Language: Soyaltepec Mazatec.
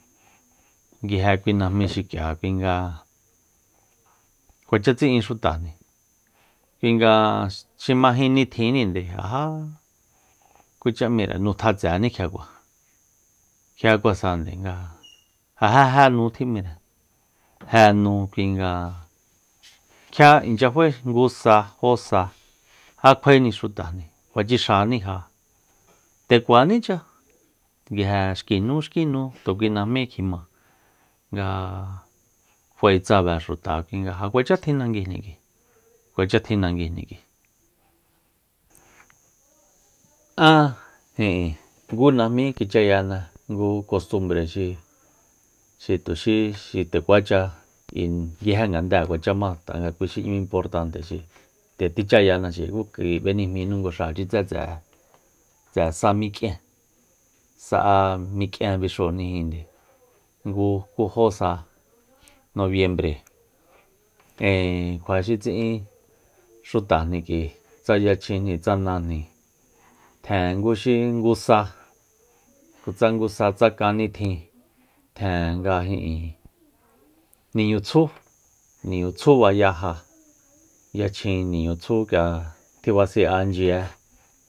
Nguije kui najmi xik'ia kui nga kuacha tsi'in xutajni kui nga xi ma jin nitjininde ja já kucha m'íre nú tjatseni kjiakua kjiakuasande nga ja jé nu tjim'íre je nu kui nga kjia inchya fae ngu sa jó sa ja kjuaeni xutajni ja kjua tsixanija nde kuanicha nguije xki nu xki nu tu kui najmí kjima nga kjua'e tsabe xuta kui nga ja kuacha tjin nanguijni k'ui- kuacha tjin nanguijni k'ui aá ngu najmí kichayana ngu kostumbre xi- xi tuxi xi nde kuacha k'ui nguije ngande kuacha ma tanga kui xi n'ñu inportante xi'i nde tichaya ku k'ui bénijmijnu nguxachi tse'e- tse'e sa mik'ien sa'e mik'ien bixújni jinde ngu ku jo sa noviembre e- e kjua xi tsi'in xutajni k'ui tsa yachjinjni tsa najni tjen nguxi ngu sa tsa ngu sa tsa kan nitjin tjen ga ijin niñu tsjú-niñu tsjú bayá ja yachjin niñu tsjú k'ia tjibasi'a nchyeé